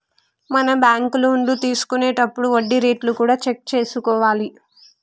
మనం బ్యాంకు లోన్లు తీసుకొనేతప్పుడు వడ్డీ రేట్లు కూడా చెక్ చేసుకోవాలి